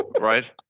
Right